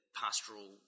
pastoral